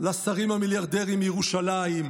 לשרים המיליארדרים מירושלים,